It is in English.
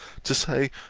to say,